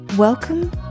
Welcome